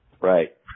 Right